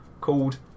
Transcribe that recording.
called